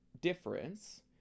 difference